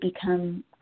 become